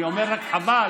אני רק אומר חבל.